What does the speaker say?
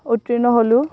উত্তীৰ্ণ হ'লো